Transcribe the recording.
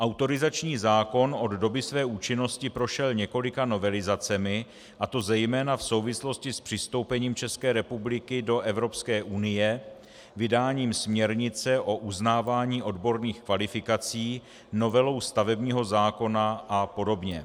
Autorizační zákon od doby své účinnosti prošel několika novelizacemi, a to zejména v souvislosti s přistoupením České republiky do Evropské unie vydáním směrnice o uznávání odborných kvalifikací, novelou stavebního zákona a podobně.